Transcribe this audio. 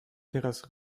teraz